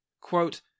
Quote